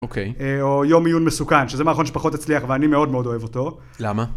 אוקי, או יום עיון מסוכן, שזה מערכון שפחות הצליח, ואני מאוד מאוד אוהב אותו. למה?